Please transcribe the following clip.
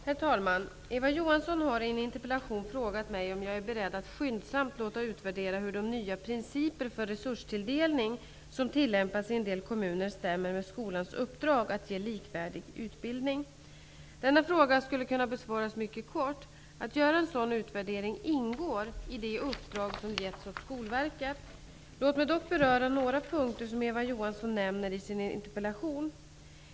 Herr talman! Eva Johansson har i en interpellation frågat mig om jag är beredd att skyndsamt låta utvärdera hur de nya principer för resurstilldelning som tillämpas i en del kommuner stämmer med skolans uppdrag att ge likvärdig utbildning. Denna fråga skulle kunna besvaras mycket kort: Att göra en sådan utvärdering ingår i det uppdrag som givits åt Skolverket. Låt mig dock beröra några punkter som Eva Johansson nämner i sin interpellation.